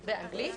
באנגלית,